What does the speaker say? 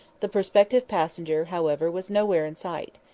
the prospective passenger, however, was nowhere in sight.